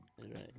right